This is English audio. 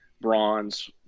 Bronze